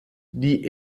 die